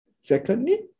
secondly